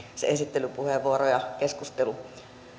se esittelypuheenvuoro ja keskustelu